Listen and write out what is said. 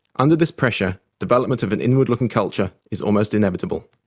under this pressure, development of an inward-looking culture is almost inevitable.